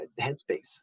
Headspace